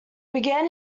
began